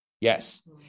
yes